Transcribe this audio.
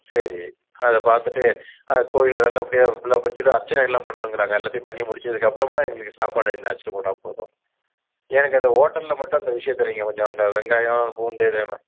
சரி அதை பார்த்துட்டு கோயிலை நல்லபடியாக ஃபுல்லாக முடிச்சிவிட்டு அர்ச்சனை எல்லாம் பண்ணனுங்கிறாங்க எல்லாத்தையும் பண்ணி முடிச்சதுக்கு அப்புறமா எங்களுக்கு சாப்பாடுக்கு நீங்கள் அழைச்சிட்டு போனா போதும் எனக்கு அந்த ஹோட்டலில் மட்டும் அந்த விஷயத்த நீங்கள் கொஞ்சம் அந்த வெங்காயம் பூண்டு இதை